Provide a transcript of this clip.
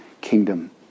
kingdom